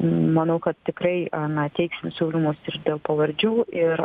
manau kad tikrai a na teiksim siūlymus ir dėl pavardžių ir